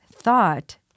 thought